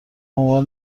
عنوان